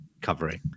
covering